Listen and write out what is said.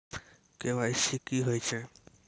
KYC की होय छै?